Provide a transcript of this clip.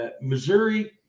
Missouri